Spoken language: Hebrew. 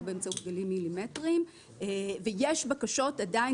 או באמצעות גלים מילימטריים ויש בקשות עדיין